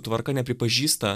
tvarka nepripažįsta